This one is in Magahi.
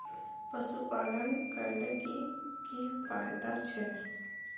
पशुपालन करले की की फायदा छे?